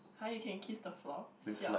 [huh] you can kiss the floor siao